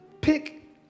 Pick